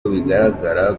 bigaragara